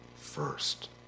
first